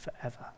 forever